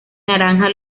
naranja